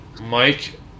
Mike